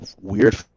weird